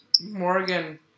Morgan